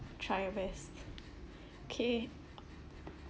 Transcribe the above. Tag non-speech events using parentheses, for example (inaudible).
try your best (breath) K